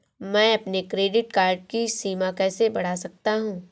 मैं अपने credit card की सीमा कैसे बढ़ा सकता हूँ?